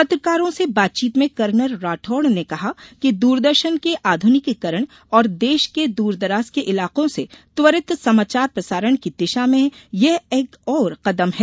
पत्रकारों से बातचीत में कर्नल राठौड़ ने कहा कि दूरदर्शन के आध्रनिकीकरण और देश के दूरदराज के इलाकों से त्वरित समाचार प्रसारण की दिशा में यह एक और कदम है